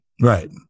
Right